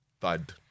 thud